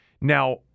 Now